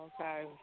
okay